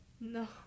No